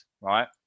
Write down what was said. right